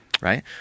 Right